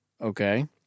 Okay